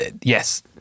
yes